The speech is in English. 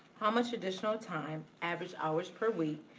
how much additional time, average hours per week,